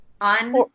on